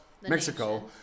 Mexico